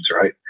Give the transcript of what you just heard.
right